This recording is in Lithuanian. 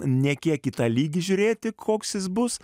ne kiek į tą lygį žiūrėti koks jis bus